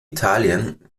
italien